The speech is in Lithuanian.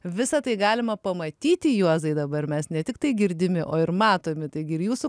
visa tai galima pamatyti juozai dabar mes ne tiktai girdimi o ir matomi taigi ir jūsų